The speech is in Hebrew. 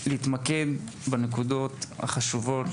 להתמקד בנקודות החשובות,